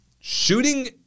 Shooting